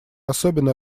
особенно